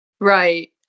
Right